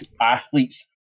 athletes